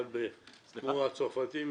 אבל אצל הצרפתים,